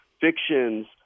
fictions